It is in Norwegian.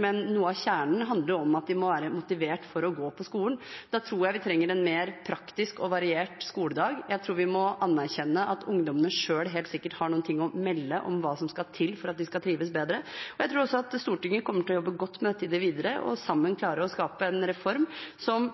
men noe av kjernen handler om at de må være motivert for å gå på skolen. Da tror jeg vi trenger en mer praktisk og variert skoledag. Jeg tror vi må anerkjenne at ungdommene selv helt sikkert har noen ting å melde om hva som skal til for at de skal trives bedre, og jeg tror også at Stortinget kommer til å jobbe godt med dette i det videre og sammen klarer å skape en reform som